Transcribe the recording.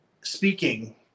speaking